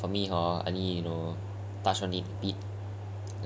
ya for me hor I mean you know I think for me